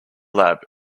lab